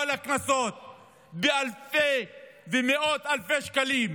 את כל הקנסות באלפי ובמאות אלפי שקלים,